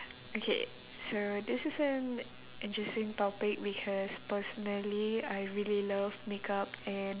okay so this is an interesting topic because personally I really love makeup and